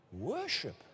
worship